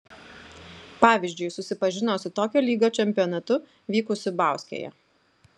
pavyzdžiui susipažino su tokio lygio čempionatu vykusiu bauskėje